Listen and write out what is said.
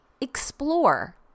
explore